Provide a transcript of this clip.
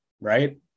Right